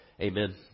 Amen